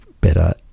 better